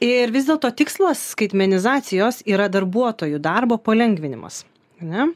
ir vis dėlto tikslas skaitmenizacijos yra darbuotojų darbo palengvinimas ane